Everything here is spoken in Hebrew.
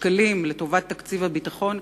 שקלים לטובת תקציב הביטחון,